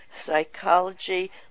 psychology